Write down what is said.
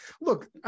Look